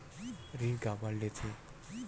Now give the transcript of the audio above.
ऋण काबर लेथे?